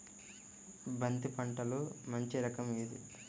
బంతి పంటలో మంచి రకం ఏది?